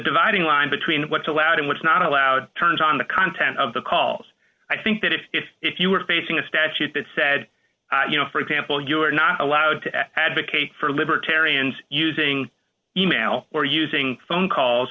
dividing line between what's allowed in which not allowed turns on the content of the calls i think that if if you were facing a statute that said you know for example you are not allowed to advocate for libertarians using e mail or using phone calls